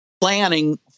planning